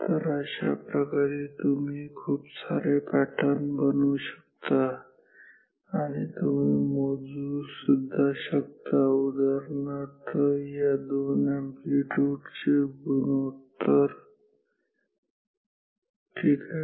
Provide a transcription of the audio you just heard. तर अशाप्रकारे तुम्ही खूप सारे पॅटर्न बनवू शकता आणि तुम्ही मोजू सुद्धा शकता उदाहरणार्थ या दोन अॅम्प्लीट्यूड चे गुणोत्तर ठीक आहे